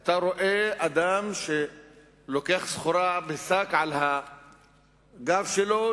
אתה רואה אדם שלוקח סחורה בשק על הגב שלו,